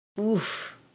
Oof